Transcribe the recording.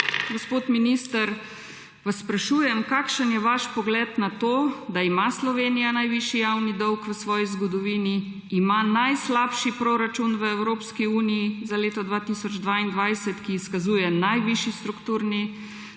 gospod minister, vas sprašujem: Kakšen je vaš pogled na to, da ima Slovenija najvišji javni dolg v svoji zgodovini, ima najslabši proračun v Evropski uniji za leto 2022, ki izkazuje najvišji strukturni